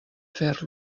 fer